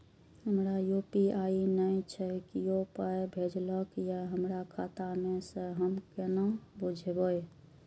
हमरा यू.पी.आई नय छै कियो पाय भेजलक यै हमरा खाता मे से हम केना बुझबै?